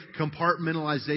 compartmentalization